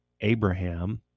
Abraham